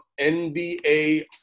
NBA